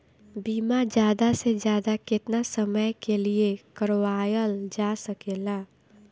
बीमा ज्यादा से ज्यादा केतना समय के लिए करवायल जा सकेला?